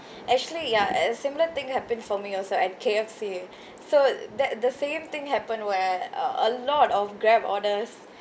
actually ya a similar thing happened for me also at K_F_C so tha~ the same thing happen where uh a lot of grab orders